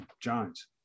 Jones